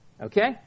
Okay